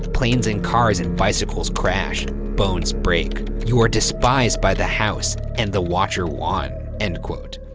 planes and cars and bicycles crash. bones break. you are despised by the house and the watcher won, end quote.